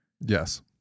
Yes